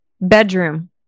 bedroom